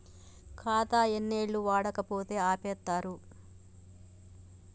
ఖాతా ఎన్ని ఏళ్లు వాడకపోతే ఆపేత్తరు?